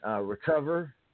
recover